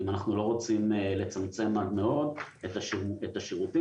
אנחנו לא רוצים לצמצם עד מאוד את השירותים